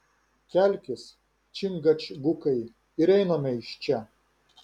kelkis čingačgukai ir einame iš čia